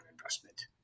investment